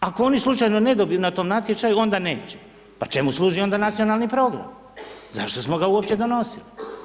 Ako oni slučajno ne dobiju na tom natječaju onda neće, pa čemu služi onda nacionalni program, zašto smo ga onda uopće donosili.